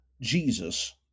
Jesus